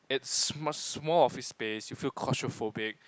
it's much small office space you feel claustrophobic